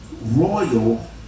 royal